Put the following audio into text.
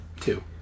two